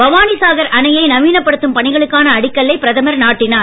பவானிசாகர் அணையை நவீனப் படுத்தும் பணிகளுக்கான அடிக்கல்லை பிரதமர் நாட்டினார்